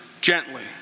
gently